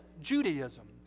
Judaism